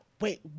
wait